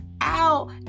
out